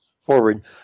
forward